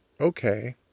okay